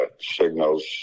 signals